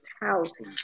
housing